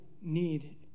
need